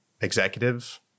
executive